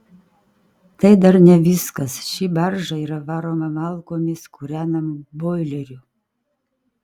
tai dar ne viskas ši barža yra varoma malkomis kūrenamu boileriu